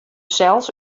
sels